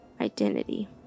identity